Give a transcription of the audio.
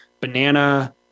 banana